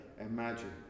imagine